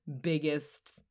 biggest